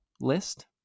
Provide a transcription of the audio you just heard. list